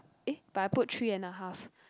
eh but I put three and a half